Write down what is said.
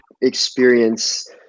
experience